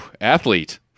athlete